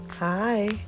Hi